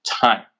time